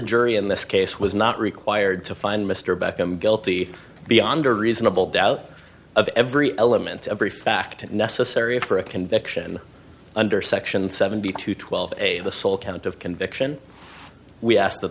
jury in this case was not required to find mr beck i'm guilty beyond a reasonable doubt of every element every fact necessary for a conviction under section seventy two twelve a the sole count of conviction we ask